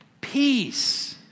Peace